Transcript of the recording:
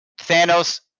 thanos